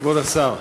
כבוד השר,